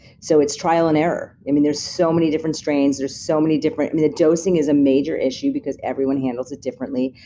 so it's trial and error. i mean there's so many different strains, there's so many different, and the dosing is a major issue because everyone handles it differently.